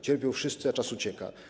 Cierpią wszyscy, a czas ucieka.